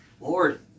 Lord